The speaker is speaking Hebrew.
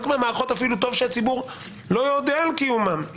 מהמערכות אף טוב שהציבור לא יודע על קיומן,